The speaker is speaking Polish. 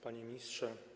Panie Ministrze!